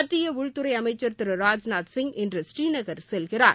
மத்திய உள்துறை அமைச்சர் திரு ராஜ்நாத் சிய் இன்று ஸ்ரீநகர் செல்கிறார்